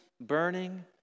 burning